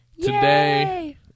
Today